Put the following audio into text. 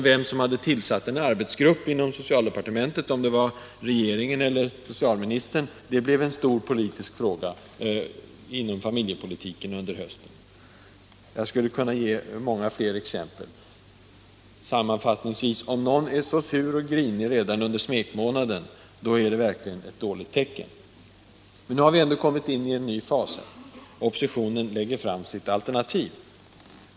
Vem som hade tillsatt en arbetsgrupp inom socialdepartementet, om det var regeringen eller socialministern, blev en stor politisk fråga inom familjepolitiken under hösten. Jag skulle kunna ge många fler exempel. Sammanfattningsvis: Om någon är så sur och grinig redan under smekmånaden, är det verkligen ett dåligt tecken. Men nu har vi ändå kommit in i en ny fas: oppositionen lägger fram sitt alternativ.